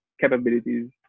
capabilities